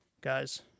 guys